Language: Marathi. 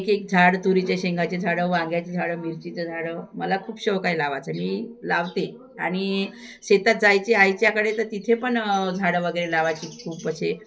एक एक झाड तुरीच्या शेंगाचे झाडं वांग्याचं झाडं मिरचीचं झाडं मला खूप शौक आहे लावायचं मी लावते आणि शेतात जायची आईच्याकडे तर तिथे पण झाडं वगैरे लावायची खूप असे